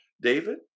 David